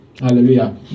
hallelujah